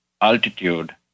altitude